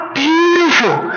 beautiful